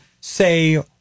say